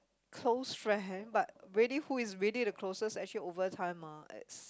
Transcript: close friend but really who is really the closest actually over time ah it's